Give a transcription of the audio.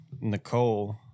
Nicole